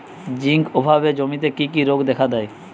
Zinc অভাবে জমিতে কি কি রোগ দেখাদেয়?